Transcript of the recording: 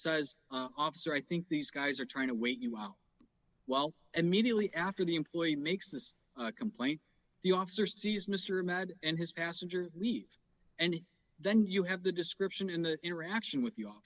says officer i think these guys are trying to wait you out while immediately after the employee makes this complaint the officer sees mr imad and his passenger leave and then you have the description in the interaction with